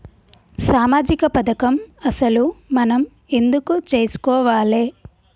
సామాజిక పథకం అసలు మనం ఎందుకు చేస్కోవాలే?